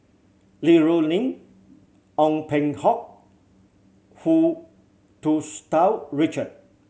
Li Rulin Ong Peng Hock Hu Tsu Tau Richard